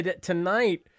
tonight